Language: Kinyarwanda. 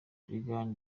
brig